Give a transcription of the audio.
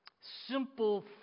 simple